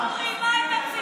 הוא חתם שהוא לא יושב איתך.